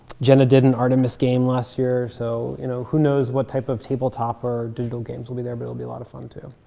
jenna did an artemis game last year. so you know who knows what type of table top or digital games will be there? but it'll be a lot of fun too.